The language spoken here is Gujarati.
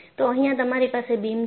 તો અહીંયા તમારી પાસે બીમ છે